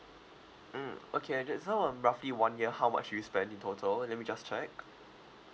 mm okay I just so um roughly one year how much do you spend in total let me just check